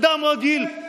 אדם רגיל,